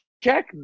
Check